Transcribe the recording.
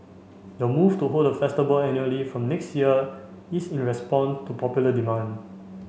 the move to hold the festival annually from next year is in response to popular demand